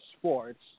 sports